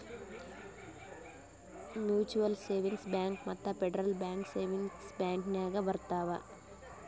mutual savings bank ಮತ್ತ federal bank savings bank ನಾಗ್ ಬರ್ತಾವ್